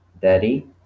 Daddy